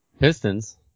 Pistons